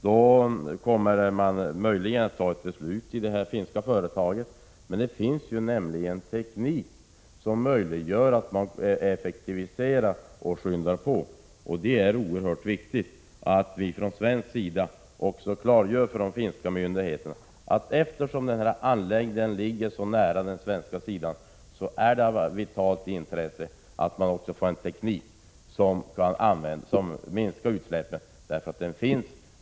Då kommer man möjligen att fatta beslut i det finska företaget. Det finns ju teknik som gör det möjligt att effektivisera och skynda på. Det är oerhört viktigt att vi från svensk sida klargör för de finska myndigheterna att eftersom anläggningen ligger så nära den svenska sidan är det av vitalt intresse att man också använder en teknik som minskar utsläppen. Tekniken finns.